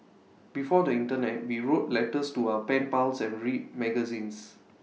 before the Internet we wrote letters to our pen pals and read magazines